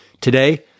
Today